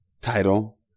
title